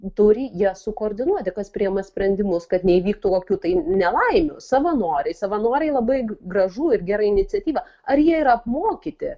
turi jas sukoordinuoti kas priima sprendimus kad neįvyktų kokių tai nelaimių savanoriai savanoriai labai gražu ir gera iniciatyva ar jie yra apmokyti